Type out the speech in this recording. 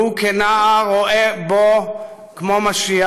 והוא כנער רואה בו כמו משיח.